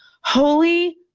holy